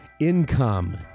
income